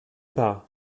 pas